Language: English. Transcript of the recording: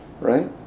Right